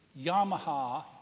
Yamaha